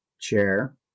chair